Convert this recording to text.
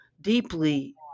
deeply